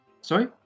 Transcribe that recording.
Sorry